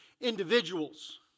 individuals